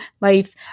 life